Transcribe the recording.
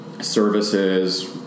services